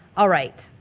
alright.